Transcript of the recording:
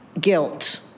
guilt